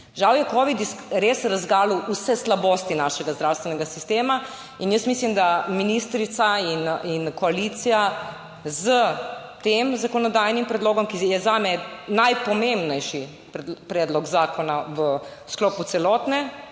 Žal je covid res razgalil vse slabosti našega zdravstvenega sistema. In jaz mislim, da ministrica in koalicija s tem zakonodajnim predlogom, ki je zame najpomembnejši predlog zakona v sklopu celotne,